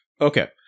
Okay